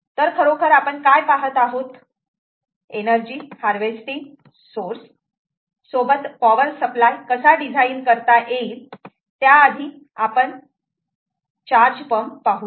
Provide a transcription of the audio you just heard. तर खरोखर आपण काय पाहत आहोत एनर्जी हार्वेस्टिंग सोर्स सोबत पॉवर सप्लाय कसा डिझाईन करता येईल त्याआधी आपण चार्ज पंप पाहू या